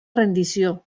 rendició